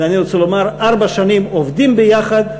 ואני רוצה לומר: ארבע שנים עובדים ביחד,